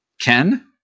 Ken